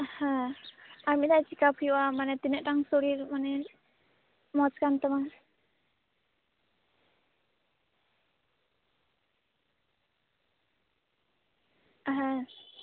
ᱦᱮᱸ ᱟᱨᱢᱤᱜᱫᱷᱟᱣ ᱪᱮᱠᱟᱯ ᱦᱩᱭᱩᱜᱼᱟ ᱢᱟᱱᱮ ᱛᱤᱱᱟᱹᱜ ᱜᱟᱝ ᱥᱩᱨᱤᱨ ᱢᱟᱱᱮ ᱢᱚᱡᱽ ᱠᱟᱱ ᱛᱟᱢᱟ ᱦᱮᱸ